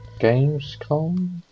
Gamescom